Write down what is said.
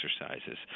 exercises